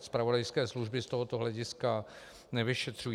Zpravodajské služby z tohoto hlediska nevyšetřují.